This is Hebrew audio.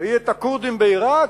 ראי את הכורדים בעירק,